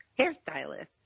hairstylist